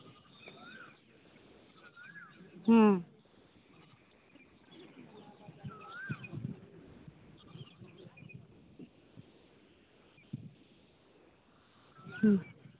ᱦᱩᱸ ᱦᱩᱸ